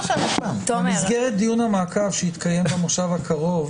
במסגרת דיון המעקב שיתקיים במושב הקרוב